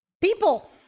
People